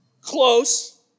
close